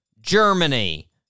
Germany